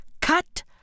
Cut